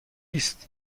است